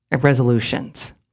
resolutions